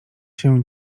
się